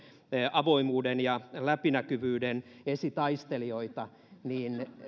avoimuuden ja läpinäkyvyyden esitaistelijoita niin